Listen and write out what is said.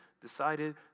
decided